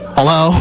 Hello